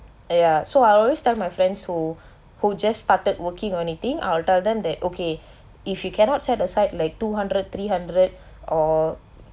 ya so I always tell my friends who who just started working on anything I will them that okay if you cannot set aside like two hundred three hundred or